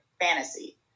fantasy